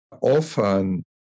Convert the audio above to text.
often